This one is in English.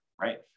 right